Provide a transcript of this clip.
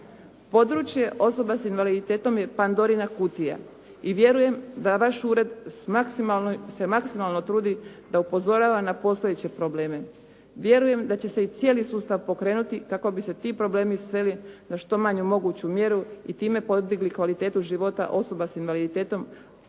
Područje osoba s invaliditetom je Pandorina kutija i vjerujem da vaš ured se maksimalno trudi da upozorava na postojeće probleme. Vjerujem da će se i cijeli sustav pokrenuti kako bi se ti problemi sveli na što manju moguću mjeru i time podigli kvalitetu života osoba s invaliditetom,